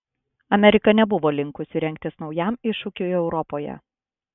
amerika nebuvo linkusi rengtis naujam iššūkiui europoje